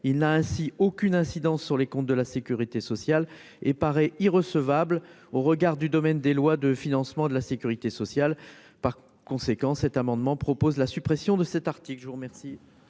il n'a ainsi aucune incidence sur les comptes de la Sécurité sociale et paraît il recevables au regard du domaine des lois de financement de la Sécurité sociale, par conséquent, cet amendement propose la suppression de cet article,